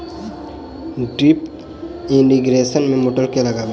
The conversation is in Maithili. ड्रिप इरिगेशन मे मोटर केँ लागतै?